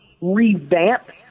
revamp